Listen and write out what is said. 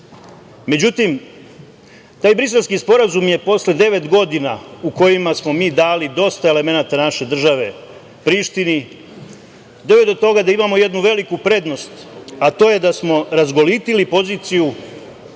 Međutim, taj Briselski sporazum je posle devet godina u kojima smo mi dali dosta elemenata naše države Prištini, doveo je do toga da imamo jednu veliku prednost, a to je da smo razgolitili poziciju